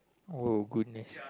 oh goodness